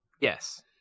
Yes